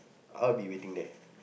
I'll be waiting there